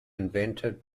invented